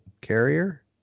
carrier